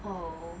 oh